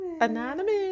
Anonymous